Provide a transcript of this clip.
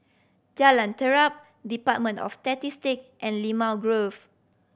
Jalan Terap Department of Statistic and Limau Grove